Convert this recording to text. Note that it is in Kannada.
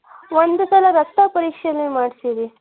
ಒಂದು ಸಲ ರಕ್ತ ಪರೀಕ್ಷೆನೇ ಮಾಡಿಸಿಡಿ